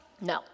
No